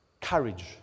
courage